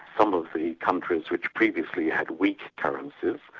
um of the countries which previously had weak currencies,